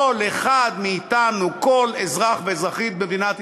כל אחד מאתנו, כל אזרח ואזרחית במדינת ישראל,